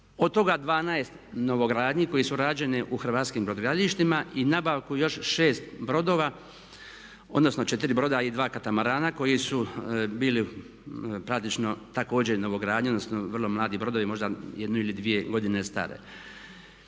Od toga 12 novogradnji koji su rađeni u hrvatskim brodogradilištima i nabavke još 6 brodova odnosno 4 broda i 2 katamarana koji su bili praktično također novogradnja odnosno vrlo mladi brodovi, možda jednu ili dvije godine stari.